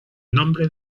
nombre